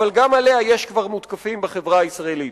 אבל גם עליה יש כבר מותקפים בחברה הישראלית.